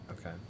Okay